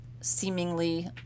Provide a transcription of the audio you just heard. seemingly